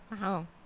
Wow